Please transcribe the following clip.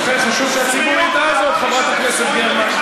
חשוב שהציבור ידע זאת, חברת הכנסת גרמן.